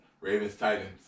Ravens-Titans